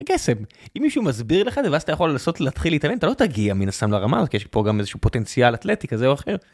קסם, אם מישהו מסביר לך את זה ואז אתה יכול לעשות להתחיל להתעמל אתה לא תגיע מן הסתם לרמה הזאת יש פה גם איזה שהוא פוטנציאל אתלטי כזה או אחר.